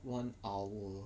one hour